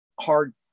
hard